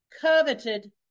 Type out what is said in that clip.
coveted